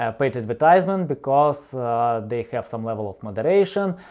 ah paid advertisement because they have some level of moderation.